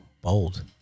bold